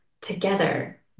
together